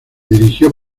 dirigió